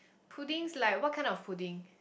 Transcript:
puddings like what kind of puddings